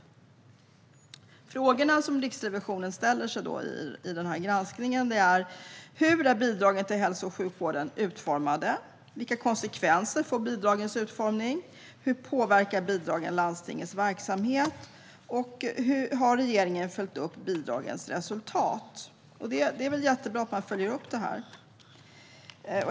De frågor som Riksrevisionen ställer sig i granskningen är följande: Hur är bidragen till hälso och sjukvården utformade? Vilka konsekvenser får bidragens utformning? Hur påverkar bidragen landstingens verksamhet? Har regeringen följt upp bidragens resultat? Det är jättebra att man följer upp detta.